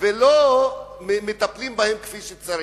ולא מטפלים בהם כפי שצריך.